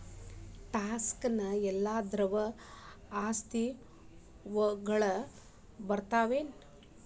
Stocks ಯೆಲ್ಲಾ ದ್ರವ ಆಸ್ತಿ ವಳಗ್ ಬರ್ತಾವೆನ?